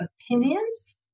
opinions